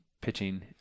pitching